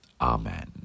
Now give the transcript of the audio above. Amen